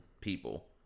people